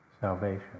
salvation